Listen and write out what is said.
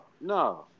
no